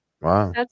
Wow